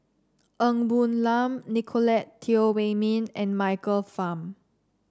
Ng Woon Lam Nicolette Teo Wei Min and Michael Fam